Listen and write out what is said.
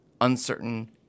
uncertain